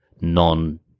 non